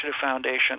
foundation